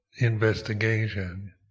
investigation